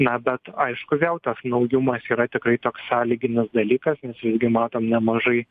na bet aišku vėl tas naujumas yra tikrai toks sąlyginis dalykas nes irgi matom nemažai